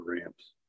ramps